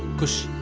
kush